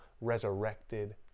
resurrected